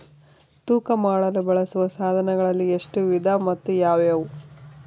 ತೂಕ ಮಾಡಲು ಬಳಸುವ ಸಾಧನಗಳಲ್ಲಿ ಎಷ್ಟು ವಿಧ ಮತ್ತು ಯಾವುವು?